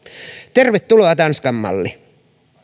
tervetuloa tanskan malli